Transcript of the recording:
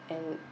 and